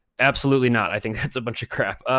absolutely not. i think that's a bunch of crap.